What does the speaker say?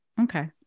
Okay